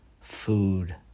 food